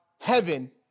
heaven